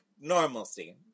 normalcy